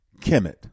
Kemet